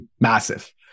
massive